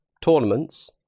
tournaments